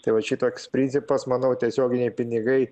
tai vat šitoks principas manau tiesioginiai pinigai